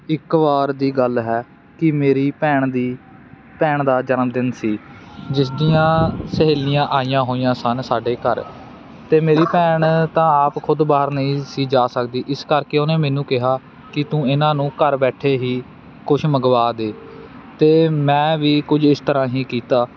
ਇੱਕ ਵਾਰ ਦੀ ਗੱਲ ਹੈ ਕਿ ਮੇਰੀ ਭੈਣ ਦੀ ਭੈਣ ਦਾ ਜਨਮਦਿਨ ਸੀ ਜਿਸਦੀਆਂ ਸਹੇਲੀਆਂ ਆਈਆਂ ਹੋਈਆਂ ਸਨ ਸਾਡੇ ਘਰ ਅਤੇ ਮੇਰੀ ਭੈਣ ਤਾਂ ਆਪ ਖੁਦ ਬਾਹਰ ਨਹੀਂ ਸੀ ਜਾ ਸਕਦੀ ਇਸ ਕਰਕੇ ਉਹਨੇ ਮੈਨੂੰ ਕਿਹਾ ਕਿ ਤੂੰ ਇਹਨਾਂ ਨੂੰ ਘਰ ਬੈਠੇ ਹੀ ਕੁਛ ਮੰਗਵਾ ਦੇ ਅਤੇ ਮੈਂ ਵੀ ਕੁਝ ਇਸ ਤਰ੍ਹਾਂ ਹੀ ਕੀਤਾ